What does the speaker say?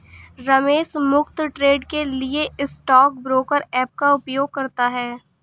रमेश मुफ्त ट्रेड के लिए स्टॉक ब्रोकर ऐप का उपयोग करता है